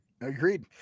Agreed